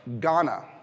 Ghana